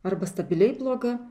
arba stabiliai bloga